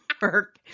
work